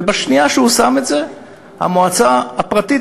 בשנייה שהוא שם את זה המועצה הפרטית